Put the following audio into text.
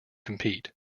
compete